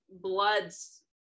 blood's